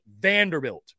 Vanderbilt